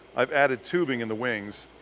i've added tubing in the wings.